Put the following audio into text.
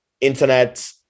internet